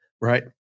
Right